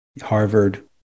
Harvard